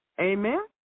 Amen